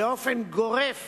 באופן גורף